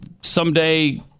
someday